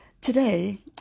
Today